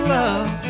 love